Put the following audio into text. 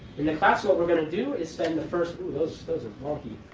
in the class, what we're going to do is spend the first ooh, those those are wonky.